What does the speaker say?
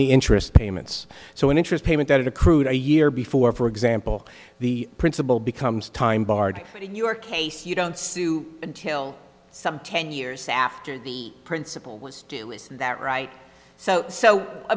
the interest payments so an interest payment that accrued a year before for example the principal becomes time barred but in your case you don't sue until some ten years after the principal was due is that right so so i